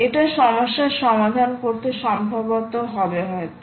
এটা সমস্যার সমাধান করতে সম্ভবত হবে হয়তো